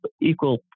equal